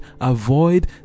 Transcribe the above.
avoid